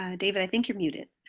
ah david, i think you're muted.